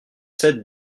sept